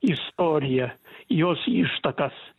istoriją jos ištakas